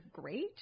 great